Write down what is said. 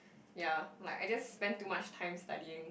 ya like I just spend too much time studying